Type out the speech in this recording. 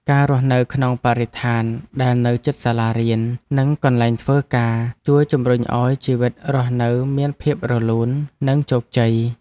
ការរស់នៅក្នុងបរិស្ថានដែលនៅជិតសាលារៀននិងកន្លែងធ្វើការជួយជម្រុញឱ្យជីវិតរស់នៅមានភាពរលូននិងជោគជ័យ។